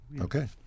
okay